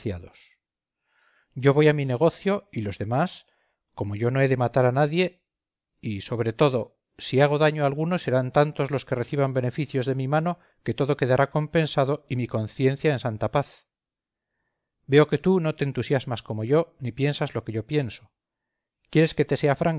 yo voy a mi negocio y los demás como yo no he de matar a nadie y sobre todo si hago daño a alguno serán tantos los que reciban beneficios de mi mano que todo quedará compensado y mi conciencia en santa paz veo que tú no te entusiasmas como yo ni piensas lo que yo pienso quieres que te sea